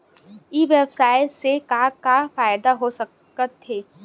ई व्यवसाय से का का फ़ायदा हो सकत हे?